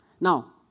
Now